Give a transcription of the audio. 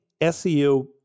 SEO